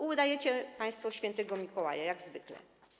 Udajecie państwo Świętego Mikołaja, jak zwykle.